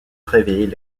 réveiller